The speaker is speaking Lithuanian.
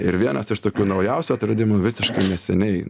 ir vienas iš tokių naujausių atradimų visiškai neseniai